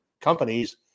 companies